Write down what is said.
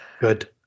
Good